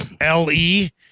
L-E